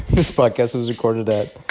this podcast was recorded at.